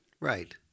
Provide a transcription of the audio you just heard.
right